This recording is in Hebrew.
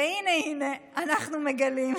והינה, אנחנו מגלים,